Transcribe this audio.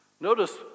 Notice